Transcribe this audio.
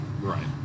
Right